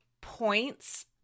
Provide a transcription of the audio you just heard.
points